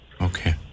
Okay